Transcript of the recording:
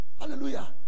Hallelujah